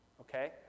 Okay